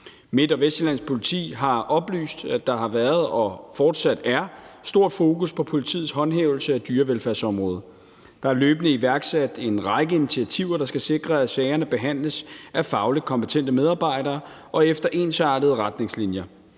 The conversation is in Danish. Midt- og Vestsjællands Politi har oplyst, at der har været og fortsat er stort fokus på politiets håndhævelse på dyrevelfærdsområdet. Der er løbende iværksat en række initiativer, der skal sikre, at sagerne behandles af fagligt kompetente medarbejdere og efter ensartede retningslinjer.